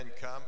come